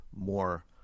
more